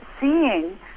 seeing